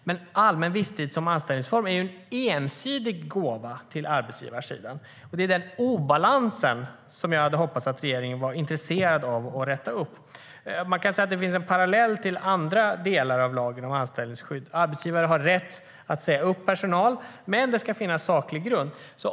Men allmän visstid som anställningsform är ju en ensidig gåva till arbetsgivarsidan. Det är denna obalans som jag hade hoppats att regeringen var intresserad av att räta upp. Man kan säga att det finns en parallell till andra delar av lagen om anställningsskydd. Arbetsgivare har rätt att säga upp personal, men det ska finnas saklig grund.